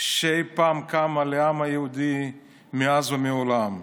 שאי פעם קמה לעם היהודי מאז ומעולם.